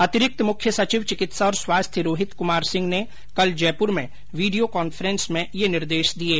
अतिरिक्त मुख्य सचिव चिकित्सा और स्वास्थ्य रोहित कुमार सिंह ने कल जयपुर में वीडियो कांफ्रेंस में यह निर्देश दिये